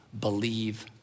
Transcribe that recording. believe